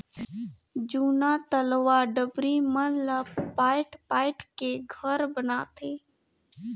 जूना तलवा डबरी मन ला पायट पायट के घर बनाथे